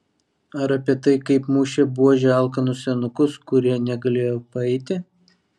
ar apie tai kaip mušė buože alkanus senukus kurie negalėjo paeiti